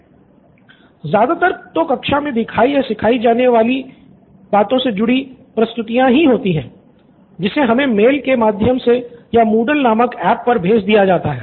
student २ ज्यादातर तो कक्षा मे दिखाई या सिखाई जाने बातों से जुड़ी प्रस्तुतियाँ ही होती है जिसे हमें मेल के माध्यम से या मूडल नामक ऐप पर भेज दिया जाता है